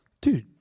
Dude